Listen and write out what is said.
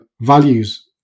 values